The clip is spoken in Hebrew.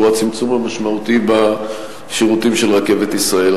והוא הצמצום המשמעותי בשירותים של רכבת ישראל.